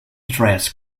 dress